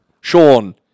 Sean